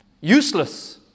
Useless